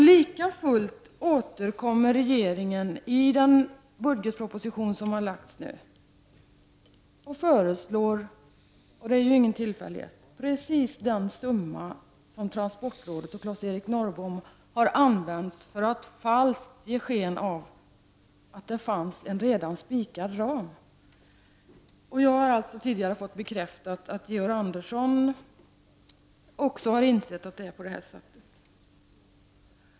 Likafullt återkommer regeringen i den budgetproposition som nu har lagts fram och föreslår precis den summa som transportrådet och Claes-Eric Norrbom har använt, för att falskt ge sken av att det fanns en redan spikad ram. Det är ingen tillfällighet. Jag har tidigare fått bekräftat att Georg Andersson också har insett att det är på det sättet.